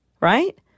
right